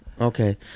Okay